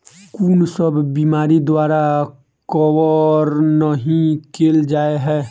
कुन सब बीमारि द्वारा कवर नहि केल जाय है?